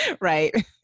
Right